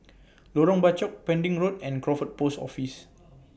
Lorong Bachok Pending Road and Crawford Post Office